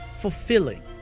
fulfilling